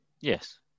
Yes